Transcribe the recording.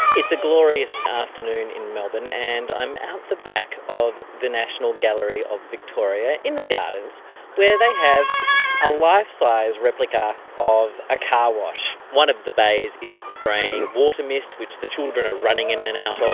it's a glorious afternoon in melbourne and i'm out the back of the national gallery of victoria in the gardens where they have a life-size replica of a carwash. one of the bays is spraying water mist which the children are running in in and out of.